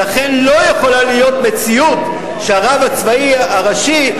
ולכן לא יכולה להיות מציאות שהרב הצבאי הראשי,